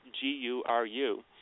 G-U-R-U